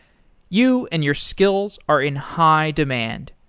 you and your skills are in high demand.